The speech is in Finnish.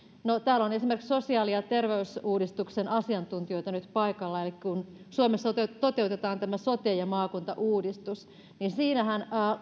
no täällä on esimerkiksi sosiaali ja terveysuudistuksen asiantuntijoita nyt paikalla kun suomessa toteutetaan tämä sote ja maakuntauudistus niin siinähän